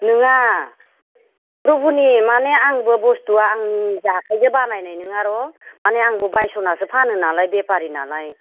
नोङा गुबुननि माने आंबो बुस्थुआ आंनि निजा आखाइजों बानायनाय नङा र' माने आंबो बायस'नासो फानो नालाय बेफारि नालाय